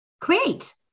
create